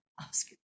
Oscar